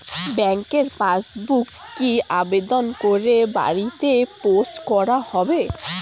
ব্যাংকের পাসবুক কি আবেদন করে বাড়িতে পোস্ট করা হবে?